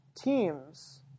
teams